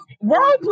World